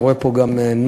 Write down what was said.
אני רואה פה גם נוער,